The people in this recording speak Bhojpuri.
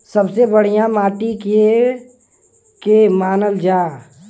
सबसे बढ़िया माटी के के मानल जा?